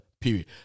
period